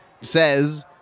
says